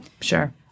sure